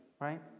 right